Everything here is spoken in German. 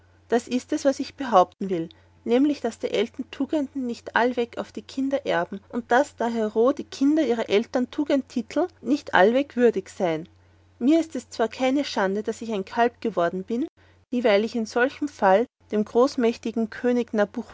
das ist es was ich behaupten will daß nämlich der eltern tugenden nicht allweg auf die kinder erben und daß dahero die kinder ihrer eltern tugendtituln auch nicht allweg würdig sein mir zwar ist es keine schande daß ich ein kalb bin worden dieweil ich in solchem fall dem großmächtigen könig